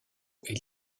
est